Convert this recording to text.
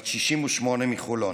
בת 68 מחולון.